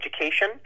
education